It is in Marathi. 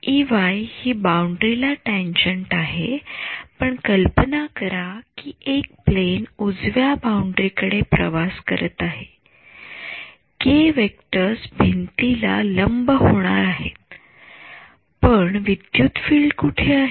Ey हि बाउंडरी ला टॅंजंट आहे पण कल्पना करा कि एक प्लेन उजव्या बाउंडरी कडे प्रवास करत आहे के व्हेक्टर्स भिंतीला लंब होणार आहेत पण विद्युत फील्ड कुठे होते